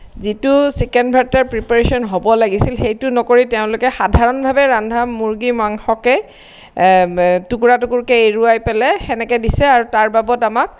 যিটো চিকেন ভাৰ্তাৰ প্ৰিপাৰেশ্বন হ'ব লাগিছিল সেইটো নকৰি তেওঁলোকে সাধাৰণভাৱে ৰন্ধা মূৰ্গীৰ মাংসকে টুকুৰা টুকুৰকে এৰোৱাই পেলাই সেনেকে দিছে আৰু তাৰ বাবত আমাক